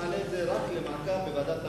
אנחנו נעלה את זה רק למעקב בוועדת הפנים.